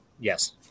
Yes